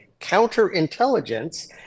counterintelligence